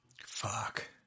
Fuck